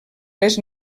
les